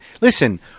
Listen